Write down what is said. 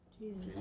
Jesus